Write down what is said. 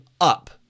up